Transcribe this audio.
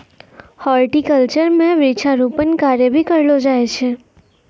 horticulture म वृक्षारोपण कार्य भी करलो जाय छै